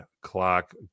clock